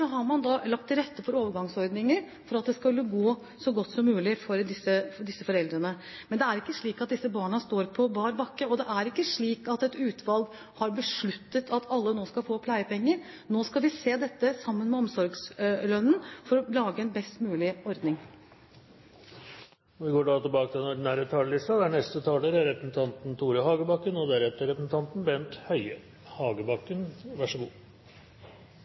mulig for dem. Men det er ikke slik at disse barna står på bar bakke, og det er ikke slik at et utvalg har besluttet at alle nå skal få pleiepenger. Nå skal de se dette sammen med omsorgslønnen for å lage en best mulig